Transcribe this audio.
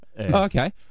Okay